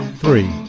free